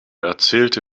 erzählte